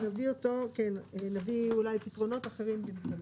נביא אולי פתרונות אחרים בעניינו.